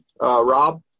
Rob